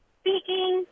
speaking